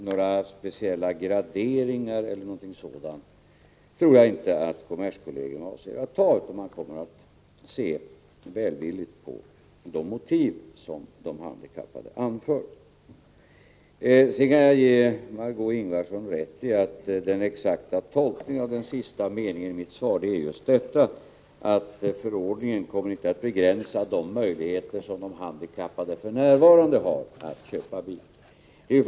Några speciella graderingar eller liknande tror jag inte kommerskollegium avser att göra, utan man kommer att se välvilligt på de motiv som de handikappade anför. Jag kan ge Margö Ingvardsson rätt i att den exakta tolkningen av den sista meningen i mitt svar är just detta att förordningen inte kommer att begränsa de möjligheter som de handikappade för närvarande har att köpa bil.